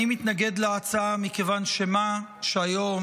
אני מתנגד להצעה, מכיוון שמה שהיום